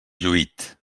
lluït